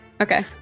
Okay